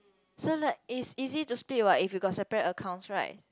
so like is easy to split what if you got separate accounts right